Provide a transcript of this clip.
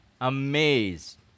amazed